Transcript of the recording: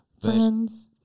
Friends